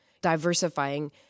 diversifying